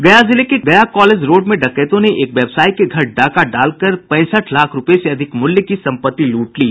गया जिले के गया कॉलेज रोड में डकैतों ने एक व्यवसायी के घर डाका डालकर पैंसठ लाख रूपये से अधिक मूल्य की सम्पत्ति लूट ली